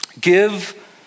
give